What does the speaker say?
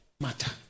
matter